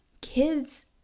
Kids